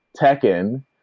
Tekken